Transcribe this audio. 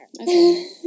Okay